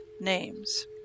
Names